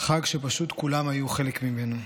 חג שפשוט כולם היו חלק ממנו.